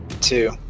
Two